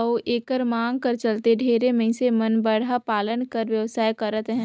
अउ एकर मांग कर चलते ढेरे मइनसे मन बरहा पालन कर बेवसाय करत अहें